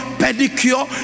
pedicure